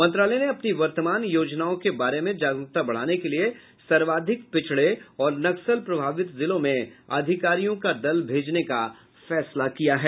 मंत्रालय ने अपनी वर्तमान योजनाओं के बारे में जागरूकता बढ़ाने के लिए सर्वाधिक पिछड़े और नक्सल प्रभावित जिलों में अधिकारियों के दल भेजने का फैसला किया है